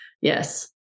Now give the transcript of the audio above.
yes